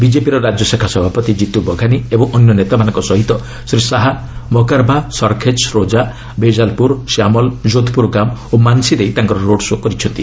ବିଜେପିର ରାଜ୍ୟଶାଖା ସଭାପତି କ୍ରିତ୍ ବଘାନି ଓ ଅନ୍ୟ ନେତାମାନଙ୍କ ସହିତ ଶ୍ରୀ ଶାହା ମକାର୍ବା ସର୍ଖେଜ୍ ରୋଜା ବେଜାଲପୁର ଶ୍ୟାମଲ୍ ଯୋଧପୁରଗାମ୍ ଓ ମାନ୍ସି ଦେଇ ତାଙ୍କର ରୋଡ୍ ସୋ' କରିଛନ୍ତି